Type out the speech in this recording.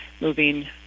moving